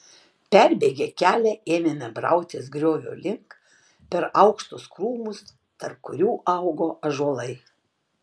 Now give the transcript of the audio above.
perbėgę kelią ėmėme brautis griovio link per aukštus krūmus tarp kurių augo ąžuolai